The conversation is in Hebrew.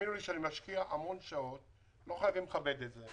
--- האמינו לי שאני משקיע המון שעות לא חייבים לכבד את זה,